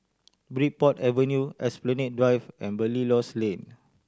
Bridport Avenue Esplanade Drive and Belilios Lane